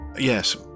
Yes